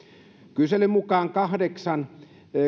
kyselyn mukaan kahdeksan